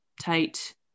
tight